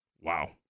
Wow